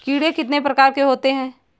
कीड़े कितने प्रकार के होते हैं?